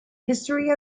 history